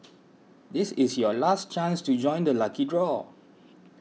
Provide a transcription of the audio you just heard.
this is your last chance to join the lucky draw